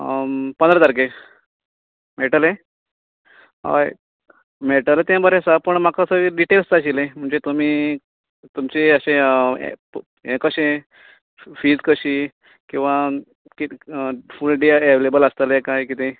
पंदरा तारखेर मेळटले हय मेळटलें ते बरें आसा पण म्हाका असो एक डिटेल्स जाय आशिल्ले म्हणजे तुमी तुमचें अशें ये कशें फिज कशी किंवा फुल डे अवेलेबल आसतलें काय किदें